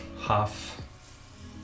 half